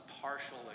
partial